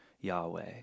Yahweh